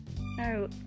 No